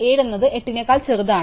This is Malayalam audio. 7 എന്നത് 8 നെക്കാൾ ചെറുതാണ്